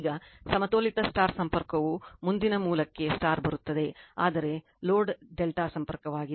ಈಗ ಸಮತೋಲಿತ ಸಂಪರ್ಕವು ಮುಂದಿನ ಮೂಲಕ್ಕೆ ಬರುತ್ತದೆ ಆದರೆ ಲೋಡ್ ∆ ಸಂಪರ್ಕವಾಗಿದೆ